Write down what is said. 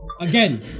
Again